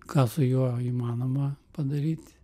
ką su juo įmanoma padaryt